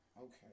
okay